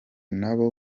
nabo